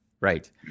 right